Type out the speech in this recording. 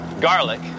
garlic